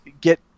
get